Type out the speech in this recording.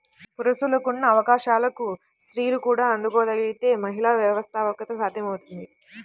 పురుషులకున్న అవకాశాలకు స్త్రీలు కూడా అందుకోగలగితే మహిళా వ్యవస్థాపకత సాధ్యమవుతుంది